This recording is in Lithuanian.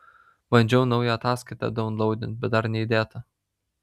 bandžiau naują ataskaitą daunlaudint bet dar neįdėta